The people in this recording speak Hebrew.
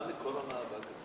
מה מקור המאבק הזה?